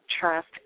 trust